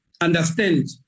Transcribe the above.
understand